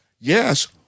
yes